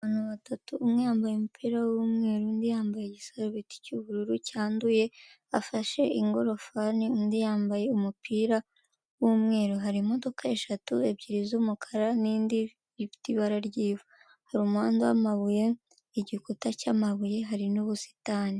Abantu batatu umwe yambaye umupira w'umweru undi yambaye igisarubeti cy'ubururu cyanduye, afashe ingorofani undi yambaye umupira w'umweru. Hari imodoka eshatu, ebyiri z'umukara n'indi ifite ibara ry'ivu, hari umuhanda w'amabuye, igikuta cy'amabuye hari n'ubusitani.